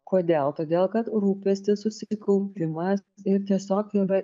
kodėl todėl kad rūpestis susikaupimas ir tiesiog yra